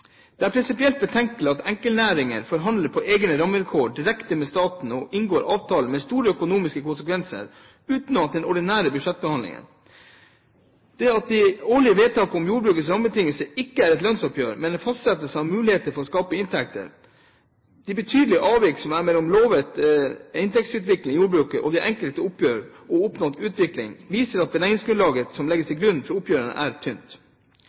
Det er prinsipielt betenkelig at enkeltnæringer forhandler egne rammevilkår direkte med staten og inngår avtaler med store økonomiske konsekvenser utenom den ordinære budsjettbehandlingen, og at de årlige vedtak om jordbrukets rammebetingelser ikke er lønnsoppgjør, men en fastsettelse av muligheter for å skape inntekter. De betydelige avvik som er mellom lovet inntektsutvikling i jordbruket i de enkelte oppgjør og oppnådd utvikling, viser at beregningsgrunnlaget som legges til grunn for oppgjørene, er tynt.